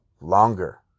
longer